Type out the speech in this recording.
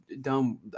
dumb